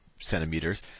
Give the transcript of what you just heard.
centimeters